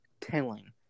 telling